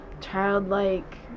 childlike